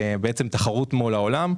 תחרות מול העולם.